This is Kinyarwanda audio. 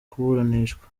kuburanishwa